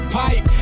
pipe